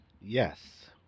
Yes